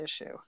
issue